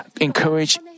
encourage